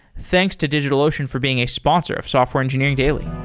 thanks to digitalocean for being a sponsor of software engineering daily.